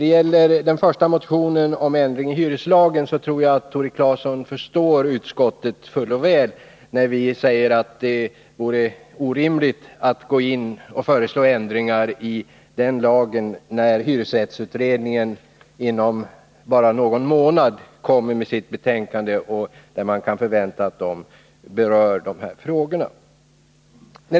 Beträffande den första motionen, om ändring i hyreslagen, tror jag att Tore Claeson förstår utskottet fuller väl när vi säger att det är orimligt att föreslå ändringar i den lagen, när hyresrättsutredningen inom någon månad framlägger sitt betänkande, som vi kan vänta rör dessa frågor.